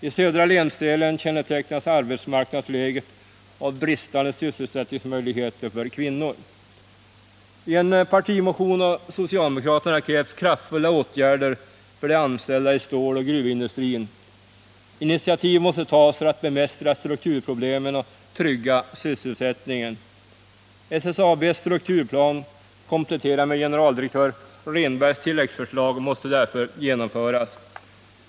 I södra länsdelen kännetecknas arbetsmarknadsläget av bristande sysselsättningsmöjligheter för kvinnor. I en partimotion har socialdemokraterna krävt kraftfulla åtgärder för de anställda i ståloch gruvindustrin. Initiativ måste tas för att bemästra strukturproblemen och trygga sysselsättningen. SSAB:s strukturplan kompletterad med generaldirektör Rehnbergs tilläggsförslag måste därför genomföras.